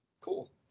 Cool